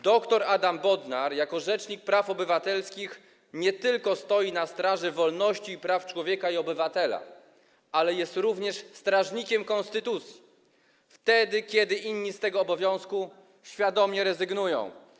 Doktor Adam Bodnar jako rzecznik praw obywatelskich nie tylko stoi na straży wolności i praw człowieka i obywatela, ale jest również strażnikiem konstytucji, wtedy kiedy inni z tego obowiązku świadomie rezygnują.